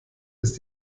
ist